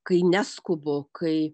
kai neskubu kai